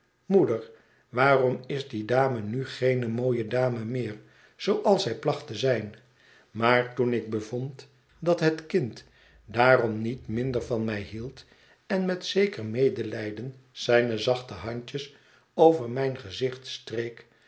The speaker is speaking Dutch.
moeder waarom is die dame nu geene mooie dame meer zooals zij placht te zijn maar toen ik bevond dat het kind daarom niet minder van mij hield en met zeker medelijden zijne zachte handjes over mijn gezicht streek